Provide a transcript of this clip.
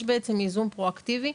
יש בעצם ייזום פרואקטיבי,